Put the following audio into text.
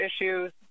issues